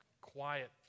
quiet